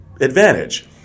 advantage